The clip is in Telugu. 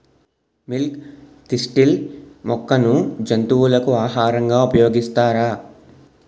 మిల్క్ తిస్టిల్ మొక్కను జంతువులకు ఆహారంగా ఉపయోగిస్తారా?